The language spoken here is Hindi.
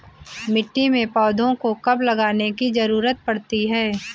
मिट्टी में पौधों को कब लगाने की ज़रूरत पड़ती है?